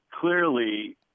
clearly